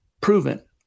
proven